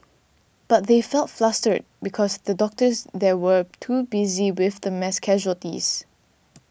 but they felt flustered because the doctors there were too busy with the mass casualties